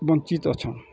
ବଞ୍ଚିତ୍ ଅଛନ୍